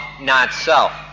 not-self